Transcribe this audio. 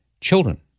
children